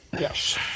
Yes